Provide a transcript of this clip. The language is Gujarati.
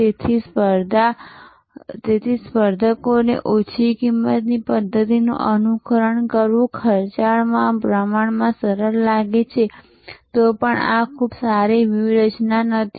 તેથી જો સ્પર્ધકોને ઓછી કિંમતની પદ્ધતિનું અનુકરણ કરવું ખર્ચાળમાં પ્રમાણમાં સરળ લાગે છે તો આ પણ ખૂબ સારી વ્યૂહરચના નથી